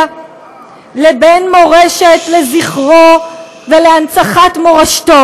לבין מורשת לזכרו ולהנצחת מורשתו.